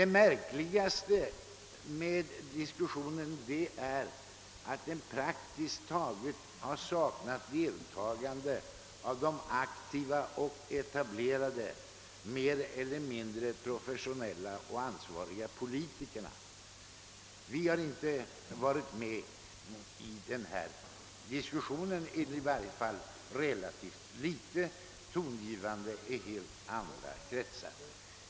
Det märkligaste med denna diskussion är att de nästan helt har saknat deltagande av de aktiva och etablerade, mer eller mindre professionella och ansvariga politikerna. De har inte varit med i denna diskussion eller i varje fall varit relativt litet tongivande.